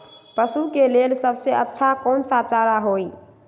पशु के लेल सबसे अच्छा कौन सा चारा होई?